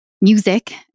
music